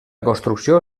construcció